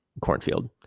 cornfield